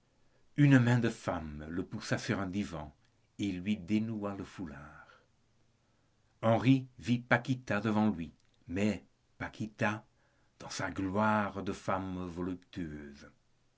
une main de femme le poussa sur un divan et lui dénoua le foulard henri vit paquita devant lui mais paquita dans sa gloire de femme voluptueuse